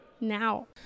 now